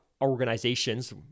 Organizations